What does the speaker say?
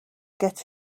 get